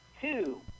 two